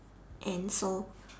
and so